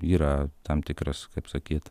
yra tam tikras kaip sakyt